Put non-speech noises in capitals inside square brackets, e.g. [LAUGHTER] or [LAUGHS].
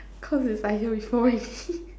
cause is I hear before already [LAUGHS]